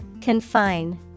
Confine